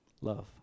Love